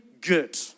good